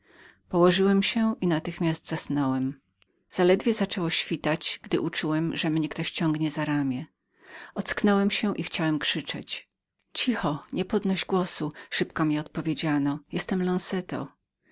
położyłem się i natychmiast zasnąłem zaledwie zaczęło świtać gdy uczułem że mnie ktoś ciągnął za ramię ocknąłem się i chciałem krzyczeć cicho nie podnoś głosu szybko mi odpowiedziano jestem